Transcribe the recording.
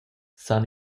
san